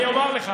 אני אומר לך,